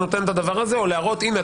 או להראות שהנה,